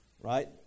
right